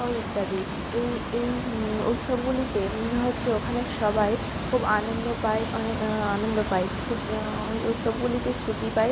ও ইত্যাদি এই এই উৎসবগুলিতে হচ্ছে ওখানে সবাই খুব আনন্দ পায় অনেক আনন্দ পায় ছুটে ওই উৎসবগুলিতে ছুটি পায়